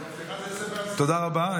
תודה רבה.